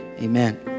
amen